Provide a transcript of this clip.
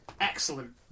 Excellent